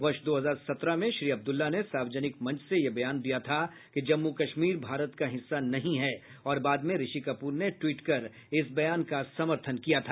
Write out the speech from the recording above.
वर्ष दो हजार सत्रह में श्री अब्दुला ने सार्वजनिक मंच से ये बयान दिया था कि जम्मू कश्मीर भारत का हिस्सा नहीं है और बाद में ऋषि कपूर ने ट्वीट कर इस बयान का समर्थन किया था